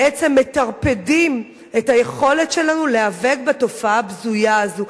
בעצם מטרפדים את היכולת שלנו להיאבק בתופעה הבזויה הזאת.